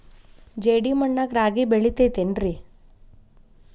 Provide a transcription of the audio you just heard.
ಜೇಡಿ ಮಣ್ಣಾಗ ರಾಗಿ ಬೆಳಿತೈತೇನ್ರಿ?